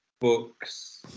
Books